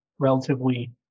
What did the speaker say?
relatively